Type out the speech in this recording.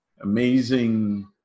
amazing